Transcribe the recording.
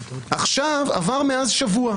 עבר מאז שבוע.